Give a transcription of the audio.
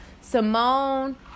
Simone